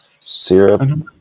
syrup